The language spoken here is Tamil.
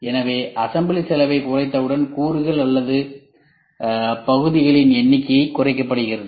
எனவே அசம்பிளி செலவைக் குறைத்தவுடன் கூறுகள் அல்லது பகுதிகளின் எண்ணிக்கையைக் குறைக்கப்படுகிறது